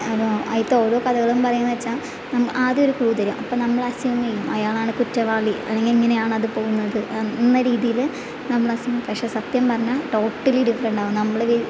അപ്പോൾ അതിലകത്തേ ഓരോ കഥകളും പറയുന്നതെന്ന് വെച്ചാൽ ആദ്യം ഒരു ക്ലൂ തരും അപ്പോൾ നമ്മൾ അസ്യൂം ചെയ്യും അയാളാണ് കുറ്റവാളി അല്ലെങ്കിൽ ഇങ്ങനെയാണത് പോവുന്നത് എന്ന രീതിയിൽ നമ്മൾ അസ്യൂം പക്ഷെ സത്യം പറഞ്ഞാൽ ടോട്ടലി ഡിഫറന്റാവും നമ്മൾ